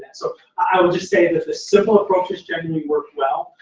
so i will just say that the simple approaches genuinely work well.